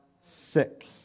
sick